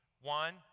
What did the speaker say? One